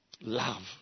Love